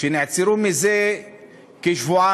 שנעצרו לפני כשבועיים,